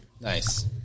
Nice